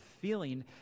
feeling